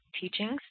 teachings